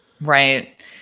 Right